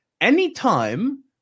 Anytime